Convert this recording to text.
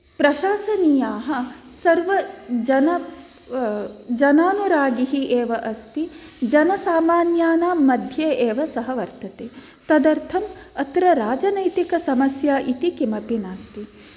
प्रशासनीयाः सर्वजन जनानुरागी एव अस्ति जनसामान्यानां मध्ये एव सः वर्तते तदर्थम् अत्र राजनैतिकसमस्या इति किमपि नास्ति